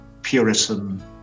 Puritan